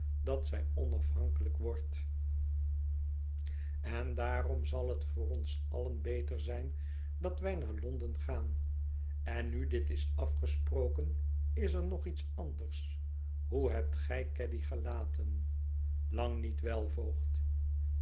dat zij onafhankelijk wordt en daarom zal het voor ons allen beter zijn dat wij naar londen gaan en nu dit is afgesproken is er nog iets anders hoe hebt gij caddy gelaten lang niet wel voogd